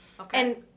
Okay